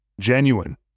genuine